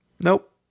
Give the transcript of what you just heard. Nope